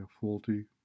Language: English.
faulty